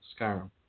Skyrim